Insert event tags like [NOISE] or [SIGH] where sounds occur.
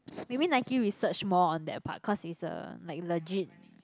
[NOISE] maybe Nike research more on that part cause is a like legit